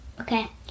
Okay